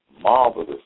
marvelous